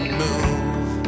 move